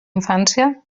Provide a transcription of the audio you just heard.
infància